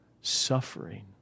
suffering